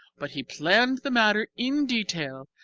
but he planned the matter in detail,